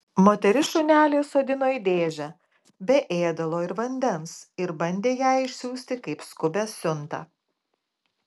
moteris šunelį įsodino į dėžę be ėdalo ir vandens ir bandė ją išsiųsti kaip skubią siuntą